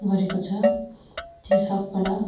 गरेको छ त्यो सबबाट